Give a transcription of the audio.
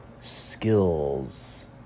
skills